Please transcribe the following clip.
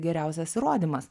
geriausias įrodymas